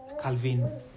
Calvin